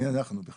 מי אנחנו.